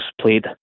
played